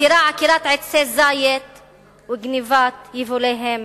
מתירה עקירת עצי זית וגנבת יבוליהם.